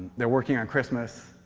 they're working on christmas,